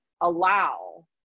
allow